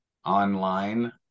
Online